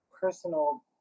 personal